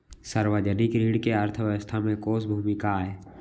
सार्वजनिक ऋण के अर्थव्यवस्था में कोस भूमिका आय?